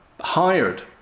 hired